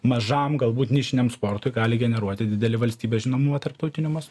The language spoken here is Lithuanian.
mažam galbūt nišiniam sportui gali generuoti didelį valstybės žinomumą tarptautiniu mas